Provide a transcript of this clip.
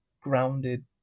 grounded